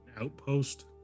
outpost